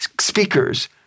speakers